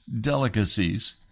delicacies